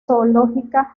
zoológica